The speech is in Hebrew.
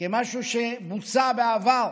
כמשהו שבוצע בעבר,